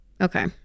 Okay